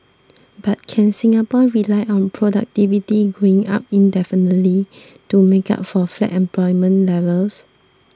but can Singapore rely on productivity going up indefinitely to make up for flat employment levels